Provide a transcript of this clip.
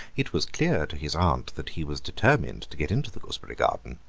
it was clear to his aunt that he was determined to get into the gooseberry garden,